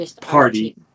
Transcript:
party